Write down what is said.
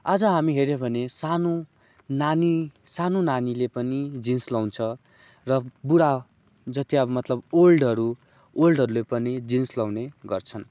आज हामी हेऱ्यो भने सानो नानी सानो नानीले पनि जिन्स लाउँछ र बुढा जति अब मतलब ओल्डहरू ओल्डहरूले पनि जिन्स लाउने गर्छन्